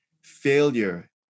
failure